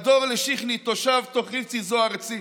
// מדור לשכני / תושב תוך רבצי / זו ארצי.